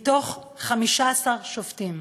מתוך 15 שופטים.